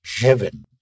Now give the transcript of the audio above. heaven